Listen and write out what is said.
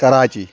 Karachi